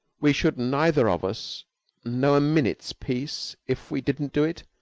we should neither of us know a minute's peace if we didn't do it.